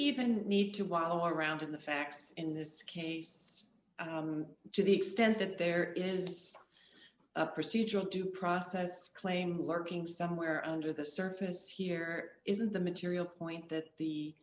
even need to wallow around in the fact in this case it's the extent that there is procedural due process claim lurking somewhere under the surface here isn't the material point that the